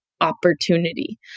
opportunity